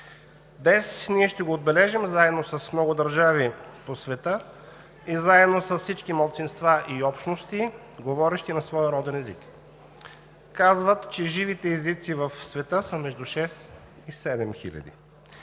Днес ние ще го отбележим заедно с много държави по света и заедно с всички малцинства и общности, говорещи на своя роден език. Казват, че живите езици в света са между шест и седем хиляди.